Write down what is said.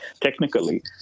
technically